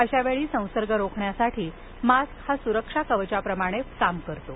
अशा वेळी संसर्ग रोखण्यासाठी मास्क हा सुरक्षा कवचाप्रमाणे काम करतो